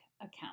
account